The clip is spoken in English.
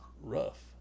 rough